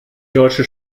deutsche